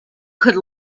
could